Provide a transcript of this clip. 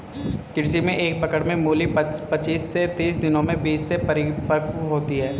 कृषि में एक पकड़ में मूली पचीस से तीस दिनों में बीज से परिपक्व होती है